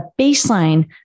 baseline